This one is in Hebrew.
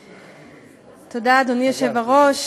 תודה, אדוני היושב-ראש,